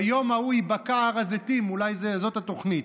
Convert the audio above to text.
ביום ההוא ייבקע הר הזיתים, אולי זאת התוכנית.